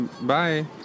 bye